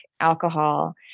alcohol